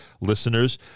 listeners